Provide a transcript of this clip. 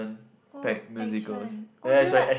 oh action oh do you like